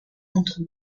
entre